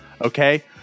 okay